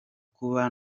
kuba